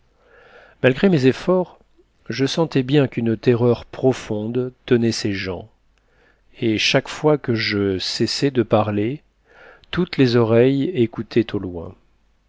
malgré mes efforts je sentais bien qu'une terreur profonde tenait ces gens et chaque fois que je cessais de parler toutes les oreilles écoutaient au loin